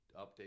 update